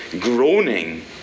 groaning